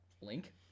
Link